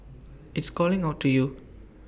it's calling out to you